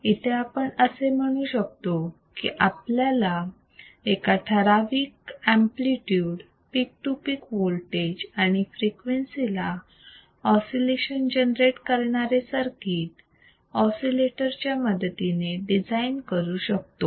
इथे आपण असे म्हणू शकतो की आपण एका ठराविक amplitude peak to peak voltage आणि फ्रिक्वेन्सी ला ऑसिलेशन्स जनरेट करणारे सर्किट ऑसिलेटर च्या मदतीने डिझाईन करू शकतो